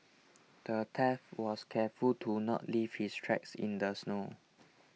the thief was careful to not leave his tracks in the snow